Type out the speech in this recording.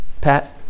Pat